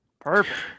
Perfect